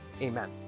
Amen